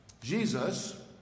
Jesus